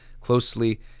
closely